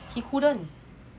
he couldn't